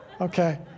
okay